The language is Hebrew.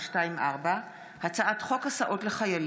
פ/2391/24 וכלה בהצעת חוק פ/2428/24: הצעת חוק הסעות לחיילים,